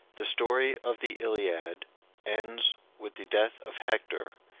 the story of the iliad ends with the death of hector,